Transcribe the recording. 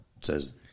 says